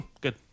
good